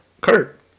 Kurt